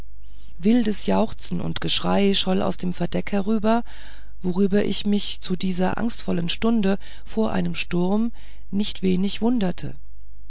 wildes jauchzen und geschrei erscholl aus dem verdeck herüber worüber ich mich zu dieser angstvollen stunde vor einem sturm nicht wenig wunderte